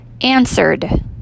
answered